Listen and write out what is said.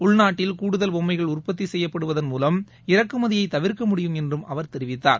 உள்நாட்டில் கூடுதல் பொம்மைகள் உற்பத்திசெய்யப்படுவதன் மூலம் இறக்குமதியைதவிா்க்க முடியும் என்றும் அவர் தெரிவித்தார்